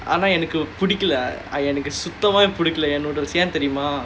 ஆனா எனக்கு புடிக்கல எனக்கு சுத்தமா பிடிக்கல ஏன் தெரியுமா:aanaa enakku pidikkala enakku suthamaa pidikkala yaen theriyumaa